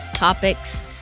topics